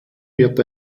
wird